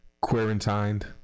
quarantined